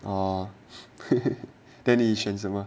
oh then 你选什么